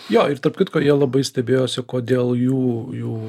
jo ir tarp kitko jie labai stebėjosi kodėl jų jų